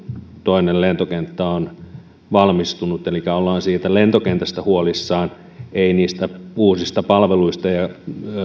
toinen lentokenttä on valmistunut elikkä ollaan siitä lentokentästä huolissaan ei niistä uusista palveluista ja